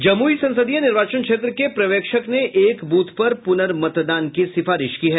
जमुई संसदीय निर्वाचन क्षेत्र के पर्यवेक्षक ने एक बूथ पर पुनर्मतदान की सिफारिश की है